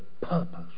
purpose